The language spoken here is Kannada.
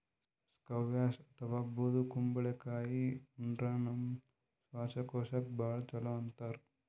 ಸ್ಕ್ವ್ಯಾಷ್ ಅಥವಾ ಬೂದ್ ಕುಂಬಳಕಾಯಿ ಉಂಡ್ರ ನಮ್ ಶ್ವಾಸಕೋಶಕ್ಕ್ ಭಾಳ್ ಛಲೋ ಅಂತಾರ್